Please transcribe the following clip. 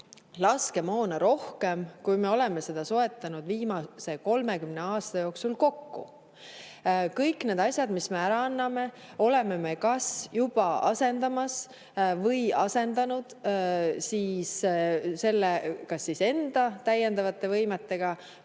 laskemoona rohkem, kui me oleme seda soetanud viimase 30 aasta jooksul kokku. Kõik need asjad, mis me ära anname, oleme me kas asendamas või juba asendanud kas siis enda täiendavate võimetega